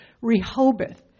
Rehoboth